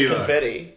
Confetti